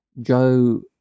Joe